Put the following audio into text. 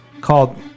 called